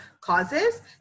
causes